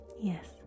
yes